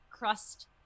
crust